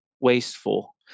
wasteful